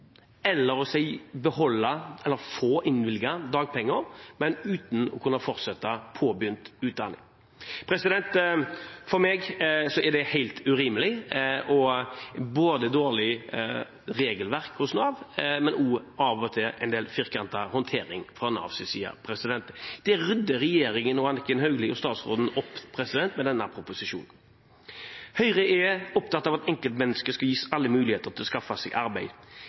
eller å beholde eller få innvilget dagpenger, men uten å kunne fortsette påbegynt utdanning. For meg er det helt urimelig og et dårlig regelverk hos Nav, men av og til også en del firkantet håndtering fra Navs side. Det rydder regjeringen og statsråd Anniken Hauglie opp i med denne proposisjonen. Høyre er opptatt av at enkeltmennesket skal gis alle muligheter til å skaffe seg arbeid.